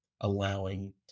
allowing